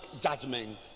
judgment